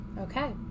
Okay